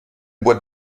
boîte